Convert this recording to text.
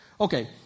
Okay